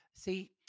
See